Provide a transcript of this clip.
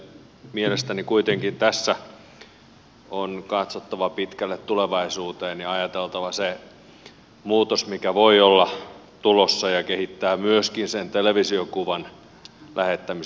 mielestäni kuitenkin tässä on katsottava pitkälle tulevaisuuteen ja ajateltava se muutos mikä voi olla tulossa ja kehittää myöskin sen televisiokuvan lähettämistä